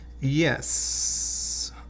Yes